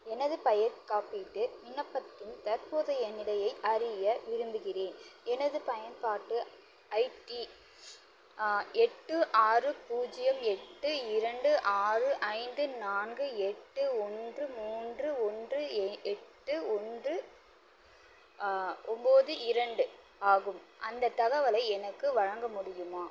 எனது பயிர் காப்பீட்டு விண்ணப்பத்தின் தற்போதைய நிலையை அறிய விரும்புகிறேன் எனது பயன்பாட்டு ஐடி எட்டு ஆறு பூஜ்ஜியம் எட்டு இரண்டு ஆறு ஐந்து நான்கு எட்டு ஒன்று மூன்று ஒன்று எ எட்டு ஒன்று ஒம்பது இரண்டு ஆகும் அந்த தகவலை எனக்கு வழங்க முடியுமா